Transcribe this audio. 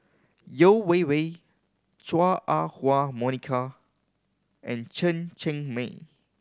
Yeo Wei Wei Chua Ah Huwa Monica and Chen Cheng Mei